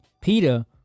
peter